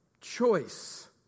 choice